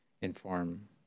inform